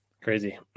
crazy